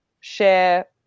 share